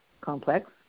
complex